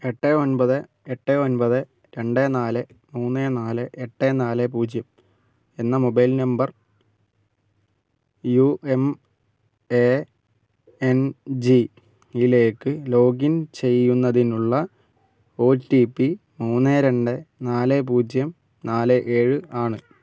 എട്ട് ഒൻപത് എട്ട് ഒൻപത് രണ്ട് നാല് മൂന്ന് നാല് എട്ട് നാല് പൂജ്യം എന്ന mobile number U M A N G യിലേക്ക് ലോഗിൻ ചെയ്യുന്നതിനുള്ള ഒ ടി പി മൂന്ന് രണ്ട് നാല് പൂജ്യം നാല് ഏഴ് ആണ്